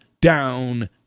down